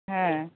হ্যাঁ